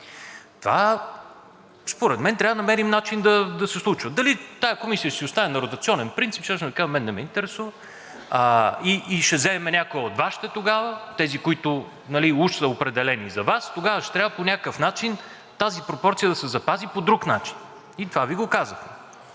Това според мен трябва да намерим начин да се случва. Дали тази комисия ще си остане на ротационен принцип, всъщност мен не ме интересува. Или ще вземем някоя от Вашите тогава – тези, които уж са определени за Вас, ще трябва по някакъв начин тази пропорция да се запази по друг начин, и това Ви го казах,